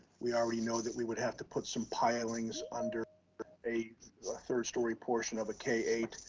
we already know that we would have to put some pilings under a third-story portion of a k eight.